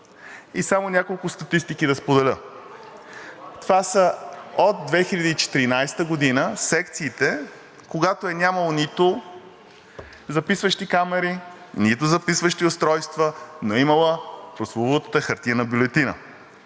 Само няколко статистики да споделя. Това са от 2014 г. секции, когато е нямало нито записващи камери, нито записващи устройства, но я е имало прословутата хартиена бюлетина.